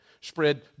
spread